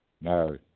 No